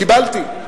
קיבלתי.